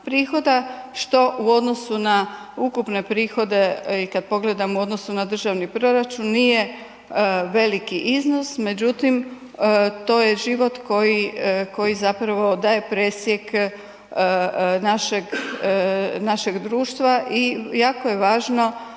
što u odnosu na ukupne prihode i kad pogledamo u odnosu na državni proračun, nije veliki iznos, međutim to je život koji zapravo daje presjek našeg društva i jako je važno